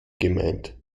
gemeint